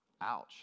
Ouch